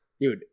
dude